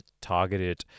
targeted